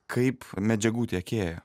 kaip medžiagų tiekėja